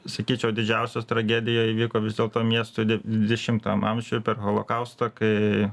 sakyčiau didžiausios tragedija įvyko vis dėlto miestui dvidešimtam amžiuje per holokaustą kai